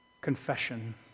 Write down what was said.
confession